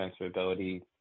transferability